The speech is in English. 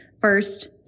First